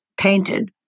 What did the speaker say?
painted